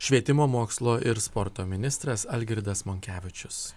švietimo mokslo ir sporto ministras algirdas monkevičius